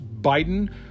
Biden